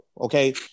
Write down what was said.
okay